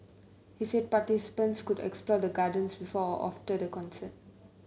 he said participants could explore the gardens before or after the concert